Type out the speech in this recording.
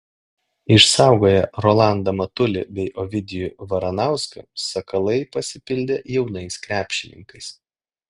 išsaugoję rolandą matulį bei ovidijų varanauską sakalai pasipildė jaunais krepšininkais